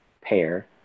pair